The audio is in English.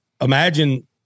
Imagine